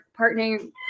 partnering